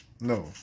No